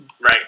Right